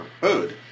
food